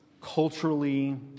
culturally